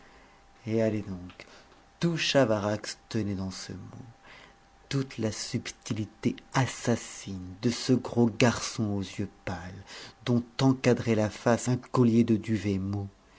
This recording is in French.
et allez donc tout chavarax tenait dans ce mot toute la subtilité assassine de ce gros garçon aux yeux pâles dont encadrait la face un collier de duvet mou